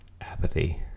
apathy